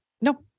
No